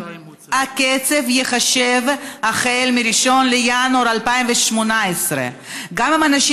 הכסף ייחשב החל מ-1 בינואר 2018. גם אם אנשים